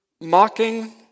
mocking